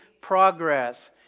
progress